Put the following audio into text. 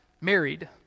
married